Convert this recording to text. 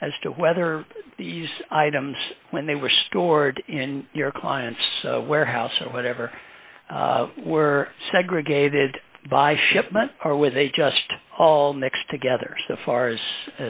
as to whether the items when they were stored in your client's warehouse or whatever were segregated by shipment are where they just all mixed together so far as